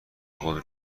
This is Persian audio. خود